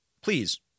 Please